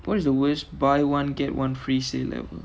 what is the worst buy one get one free sale ever